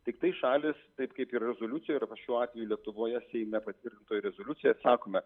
tiktai šalys taip kaip ir rezoliucijoje ir šiuo atveju lietuvoje seime patvirtintoje rezoliucijoje sakome